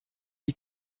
die